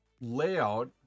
layout